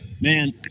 Man